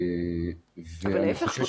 להפך.